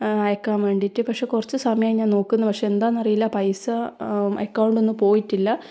അയക്കാൻ വേണ്ടിയിട്ട് പക്ഷേ കുറച്ച് സമയായി ഞാൻ നോക്കുന്നു പക്ഷേ എന്താന്നറിയില്ല പൈസ അക്കൗണ്ടിൽ നിന്ന് പോയിട്ടില്ല